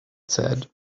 said